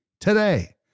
today